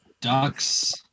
Ducks